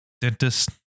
dentist